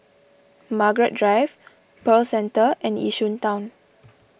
Margaret Drive Pearl Centre and Yishun Town